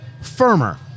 firmer